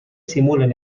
simulen